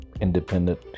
independent